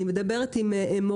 אני מדברת עם מורים,